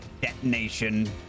detonation